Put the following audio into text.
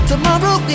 Tomorrow